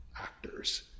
actors